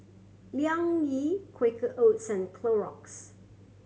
Liang Yi Quaker Oats and Clorox